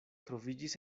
troviĝis